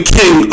king